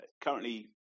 currently